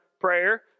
prayer